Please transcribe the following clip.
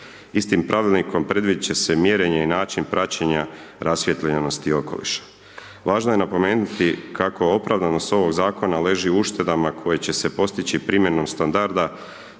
Istim Pravilnikom predviditi će se mjerenje i način praćenja rasvijetljenosti okoliša. Važno je napomenuti kako opravdanost ovog Zakona leži u uštedama koje će se postići primjenom standarda,